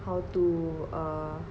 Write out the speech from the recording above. how to err